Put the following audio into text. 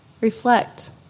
Reflect